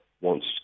wants